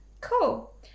cool